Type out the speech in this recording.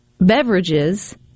beverages